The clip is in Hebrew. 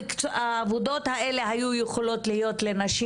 בעבודות האלה היו יכולים להיות לנשים